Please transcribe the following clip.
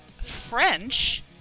French